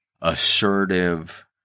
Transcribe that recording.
assertive